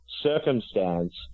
circumstance